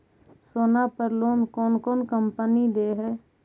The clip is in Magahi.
सोना पर लोन कौन कौन कंपनी दे है?